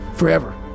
forever